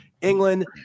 England